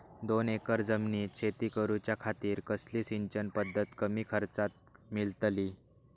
दोन एकर जमिनीत शेती करूच्या खातीर कसली सिंचन पध्दत कमी खर्चात मेलतली?